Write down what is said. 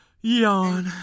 Yawn